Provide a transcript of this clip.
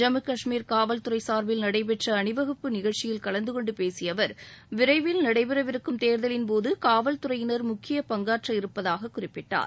ஜம்மு கஷ்மீர் காவல்துறை சார்பில் நடைபெற்ற அணிவகுப்பு நிகழ்ச்சியில் கலந்தகொண்டு பேசிய அவர் விரைவில் நடைபெறவிருக்கும் தேர்தலின்போது காவல்துறையினர் முக்கிய பங்காற்ற இருப்பதாக குறிப்பிட்டார்